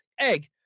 Egg